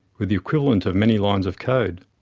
with the equivalent of many lines of code.